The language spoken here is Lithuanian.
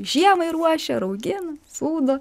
žiemai ruošia raugina sūdo